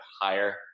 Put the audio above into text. higher